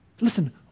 Listen